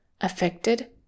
affected